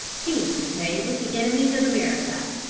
peace is made with the enemies of america.